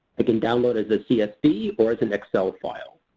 i can download as a csv or as an excel file.